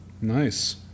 Nice